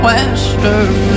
Western